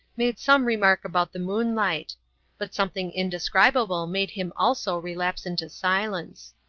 made some remark about the moonlight but something indescribable made him also relapse into silence.